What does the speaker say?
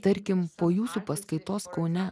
tarkim po jūsų paskaitos kaune